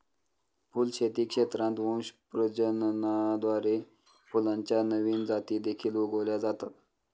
फुलशेती क्षेत्रात वंश प्रजननाद्वारे फुलांच्या नवीन जाती देखील उगवल्या जातात